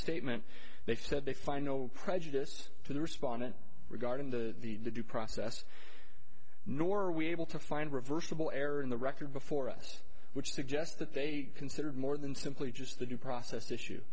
statement they said they find no prejudice to the respondent regarding the due process nor are we able to find reversible error in the record before us which suggests that they considered more than simply just the due process issue